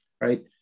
right